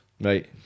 Right